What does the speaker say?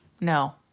No